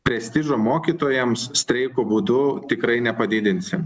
prestižo mokytojams streiko būdu tikrai nepadidinsim